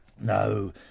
No